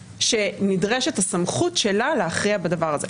שנדרשת הסמכות שלה להכריע בדבר הזה.